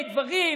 הבטיחות,